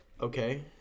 Okay